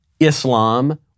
Islam